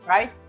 Right